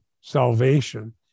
salvation